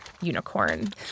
unicorn